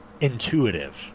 intuitive